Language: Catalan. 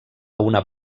una